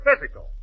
physical